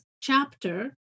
chapter